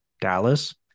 Dallas